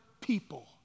people